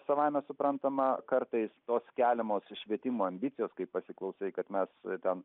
savaime suprantama kartais tos keliamos švietimo ambicijos kai pasiklausai kad mes ten